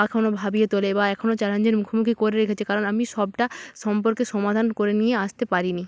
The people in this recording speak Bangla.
এখনও ভাবিয়ে তোলে বা এখনও চ্যালেঞ্জের মুখোমুখি করে রেখেছে কারণ আমি সবটা সম্পর্কে সমাধান করে নিয়ে আসতে পারিনি